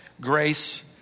grace